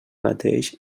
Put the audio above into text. mateix